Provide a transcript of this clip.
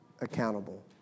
accountable